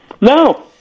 No